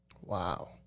Wow